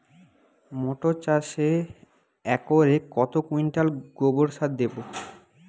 মটর চাষে একরে কত কুইন্টাল গোবরসার দেবো?